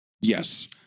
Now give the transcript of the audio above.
Yes